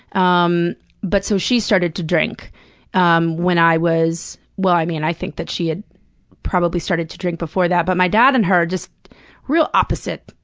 um but, so she started to drink um when i was well, i mean, i think that she had probably started to drink before that, but my dad and her just real opposite.